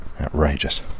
Outrageous